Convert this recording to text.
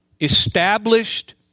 Established